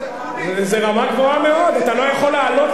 לאיזו רמה אתה יורד,